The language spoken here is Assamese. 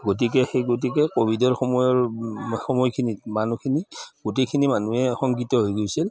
গতিকে সেই গতিকে ক'ভিডৰ সময়ৰ সময়খিনিত মানুহখিনি গোটেইখিনি মানুহে শংকিত হৈ গৈছিল